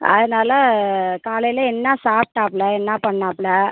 அதனாலே காலையில் என்ன சாப்பிட்டாப்ல என்ன பண்ணிணாப்ல